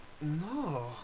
No